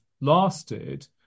lasted